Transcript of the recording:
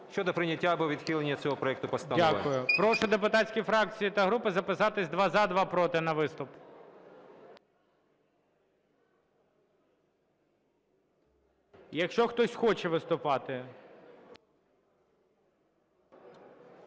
щодо прийняття або відхилення цього проекту постанови.